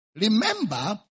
remember